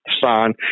son